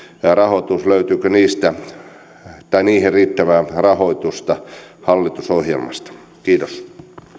rahoitus löytyykö niihin riittävää rahoitusta hallitusohjelmasta kiitos